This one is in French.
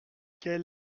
quel